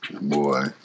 boy